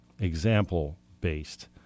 example-based